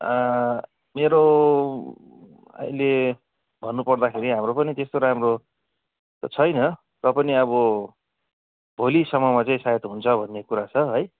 मेरो अहिले भन्नुपर्दाखेरि हाम्रो पनि त्यस्तो राम्रो त छैन र पनि अब भोलिसम्ममा चाहिँ सायद हुन्छ भन्ने कुरा छ है